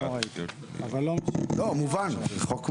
החוק מובן.